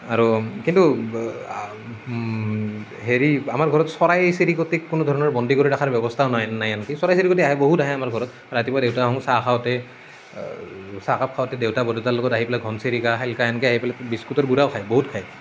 আৰু কিন্তু হেৰি আমাৰ ঘৰত চৰাই চিৰিকতিক কোনো ধৰণৰ বন্দী কৰি ৰখাৰ ব্যৱস্থা নাই নাই আনকি চৰাই চিৰিকতি বহুত আহে আমাৰ ঘৰত ৰাতিপুৱা দেউতাহঁতে চাহ খাওঁতে চাহ কাপ খাওঁতে দেউতা বৰদেউতাৰ লগত আহি পেলাই ঘৰচিৰিকা শালিকা এনেকৈ আহি পেলাই বিস্কুটৰ গুড়াও খায় বহুত খায়